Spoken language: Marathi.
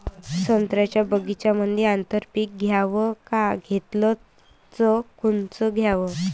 संत्र्याच्या बगीच्यामंदी आंतर पीक घ्याव का घेतलं च कोनचं घ्याव?